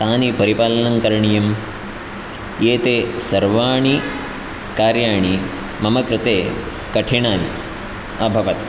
तानि परिपालनं करणीयम् एते सर्वाणि कार्याणि मम कृते कठिनानि अभवत्